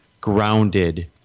grounded